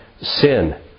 sin